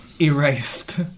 erased